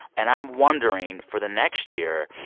and i'm wondering for the next year,